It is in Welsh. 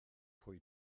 pwy